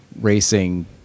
racing